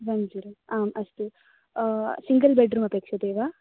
one zero आम् अस्तु single bedroom अपेक्ष्यते वा